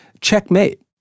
checkmate